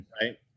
right